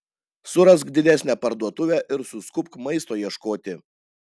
surask didesnę parduotuvę ir suskubk maisto ieškoti